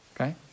Okay